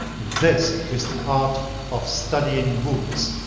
this is the art of studying moods.